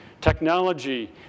technology